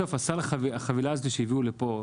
בסוף, הסל, החבילה הזאת שהביאו לפה,